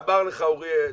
אמר לך ינון,